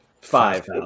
five